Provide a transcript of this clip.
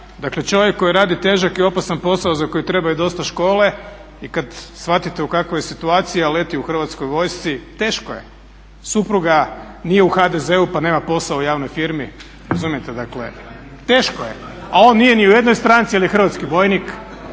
dakle čovjek koji radi težak i opasan posao za koji treba i dosta škole i kad shvatite u kakvoj je situaciji a leti u Hrvatskoj vojsci, teško je. Supruga nije u HDZ-u pa nema posao u javnoj firmi, razumijete dakle teško je, a on nije ni u jednoj stranci jer je hrvatski vojnik